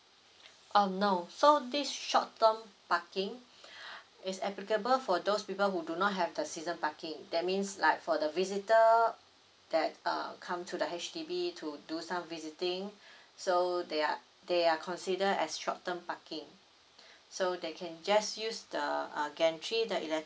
um no so this short term parking it's applicable for those people who do not have the season parking that means like for the visitor that uh come to the H_D_B to do some visiting so they are they are considered as short term parking so they can just use the uh gantry the